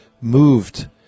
moved